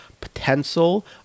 potential